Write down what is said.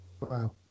Wow